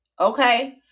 Okay